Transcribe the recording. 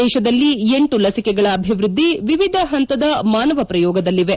ದೇಶದಲ್ಲಿ ಎಂಟು ಲಸಿಕೆಗಳ ಅಭಿವೃದ್ಧಿ ವಿವಿಧ ಹಂತದ ಮಾನವ ಪ್ರಯೋಗದಲ್ಲಿವೆ